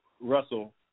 Russell